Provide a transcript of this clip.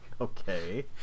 Okay